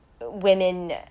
women